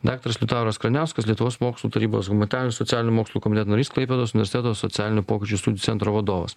daktaras liutauras kraniauskas lietuvos mokslų tarybos humanitarinių ir socialinių mokslų komiteto narys klaipėdos universiteto socialinių pokyčių studijų centro vadovas